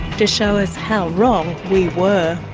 to show us how wrong we were.